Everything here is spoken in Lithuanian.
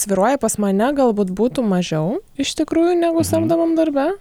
svyruoja pas mane galbūt būtų mažiau iš tikrųjų negu samdomam darbe